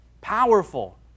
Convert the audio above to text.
powerful